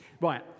Right